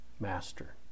Master